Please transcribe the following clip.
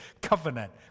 Covenant